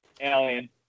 Alien